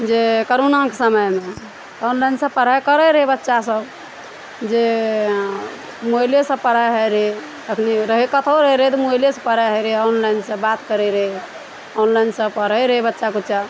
जे करोनाके समयमे ऑनलाइन से पढ़ाइ करै रहै बच्चा सब जे मोबाइले सऽ पढ़ाइ होइ रहै अखनी रहै कतौ रहै रहै तऽ मोबाइले सऽ पढ़ाइ होइ रहै ऑनलाइन सऽ बात करै रहै ऑनलाइन सऽ पढ़ै रहै बच्चा कुच्चा